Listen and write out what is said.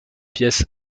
pièce